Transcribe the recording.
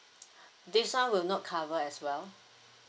this one will not cover as well